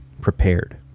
prepared